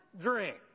drink